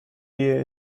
year